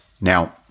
Now